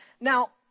Now